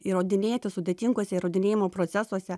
įrodinėti sudėtingose įrodinėjimo procesuose